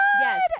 Yes